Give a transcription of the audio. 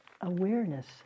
awareness